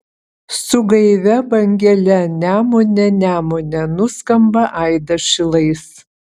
su gaivia bangele nemune nemune nuskamba aidas šilais